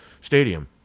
stadium